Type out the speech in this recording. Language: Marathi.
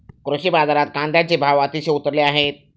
कृषी बाजारात कांद्याचे भाव अतिशय उतरले आहेत